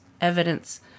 evidence